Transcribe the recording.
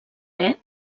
haver